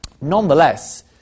Nonetheless